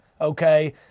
okay